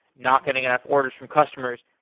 not getting enough orders from customers.